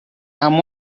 amb